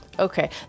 Okay